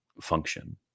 function